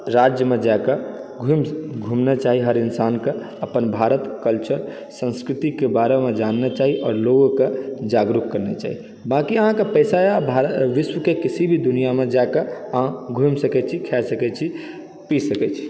राज्यमे जा के घुम घूमने चाही हर इन्सानक अपन भारतके कल्चर संस्कृति के बारेमे जानना चाही आओर लोगोकेँ जागरुक करना चाही बाकि अहाँके पैसा यऽ अहाँ भा विश्वके किसी भी दुनिआँमे जा कऽ अहाँ घुमि सकै छी खा सकै छी पी सकै छी